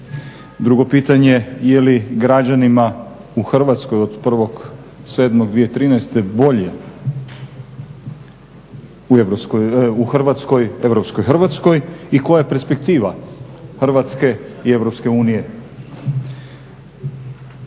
Drugo pitanje, je li građanima u Hrvatskoj od 1.7.2013. bolje u Hrvatskoj, europskoj Hrvatskoj i koja je perspektiva Hrvatske i